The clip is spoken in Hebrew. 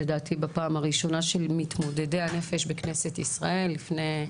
לדעתי בפעם הראשונה שמתמודדי הנפש בכנסת ישראל לפני,